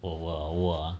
oh !wah! oh !wah!